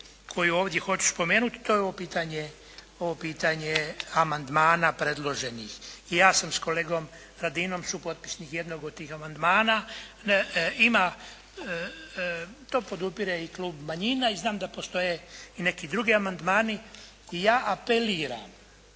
koju ovdje hoću spomenuti, to je ovo pitanje amandmana predloženih i ja sam s kolegom Radinom supotpisnik jednog od tih amandmana. To podupire i klub manjina i znam da postoje i neki drugi amandmani. I ja apeliram